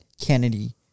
Kennedy